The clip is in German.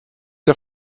der